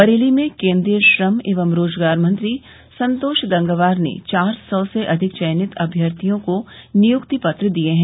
बरेली में केन्द्रीय श्रम एवं रोजगार मंत्री संतोष गंगवार ने चार सौ से अधिक चयनित अम्यर्थियों को नियुक्ति पत्र दिये हैं